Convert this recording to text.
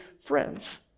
friends